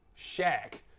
Shaq